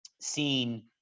seen